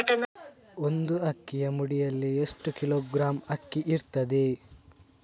ಒಂದು ಅಕ್ಕಿಯ ಮುಡಿಯಲ್ಲಿ ಎಷ್ಟು ಕಿಲೋಗ್ರಾಂ ಅಕ್ಕಿ ಇರ್ತದೆ?